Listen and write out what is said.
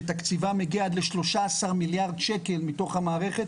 שתקציבם מגיע לשלושה עשר מיליארד שקל מתוך המערכת